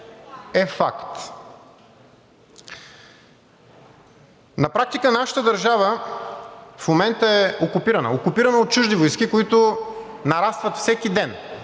е факт. На практика нашата държава в момента е окупирана, окупирана е от чужди войски, които нарастват всеки ден